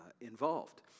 involved